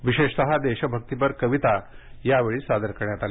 विशेषत देशभक्तीपर कविता यावेळी सादर करण्यात आल्या